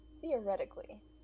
Theoretically